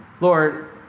Lord